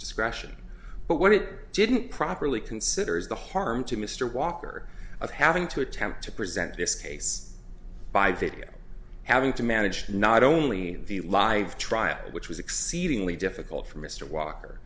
discretion but when it didn't properly considers the harm to mr walker of having to attempt to present this case by video having to manage not only the live trial which was exceedingly difficult for mr walker